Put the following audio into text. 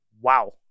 wow